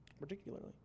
Particularly